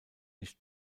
nicht